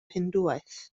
hindŵaeth